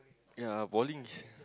yea bowling is